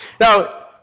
Now